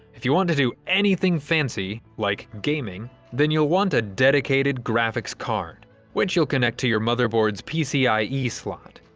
if you want to do anything fancy like gaming then you'll want a dedicated graphics card which you'll connect to your motherboards pcie slot.